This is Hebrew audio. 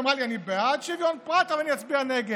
אמרה לי: אני בעד שוויון הפרט אבל אני אצביע נגד.